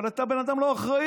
אבל הרי אתה בן אדם לא אחראי.